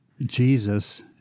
Jesus